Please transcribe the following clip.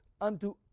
unto